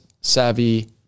savvy